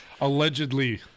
Allegedly